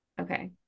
okay